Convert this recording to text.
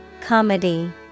Comedy